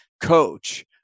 coach